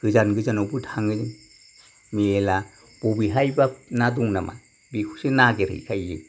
गोजान गोजानावबो थाङो मेरला बबेहायबा ना दं नामा बेखौसो नागेरहैखायो जों